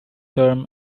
term